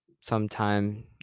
sometime